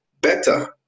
better